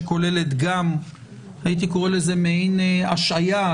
שכוללת גם מעין השהיה.